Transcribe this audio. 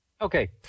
Okay